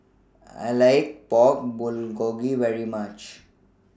I like Pork Bulgogi very much